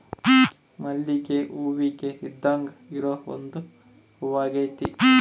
ಮಲ್ಲಿಗೆ ಹೂವಿಗೆ ಇದ್ದಾಂಗ ಇರೊ ಒಂದು ಹೂವಾಗೆತೆ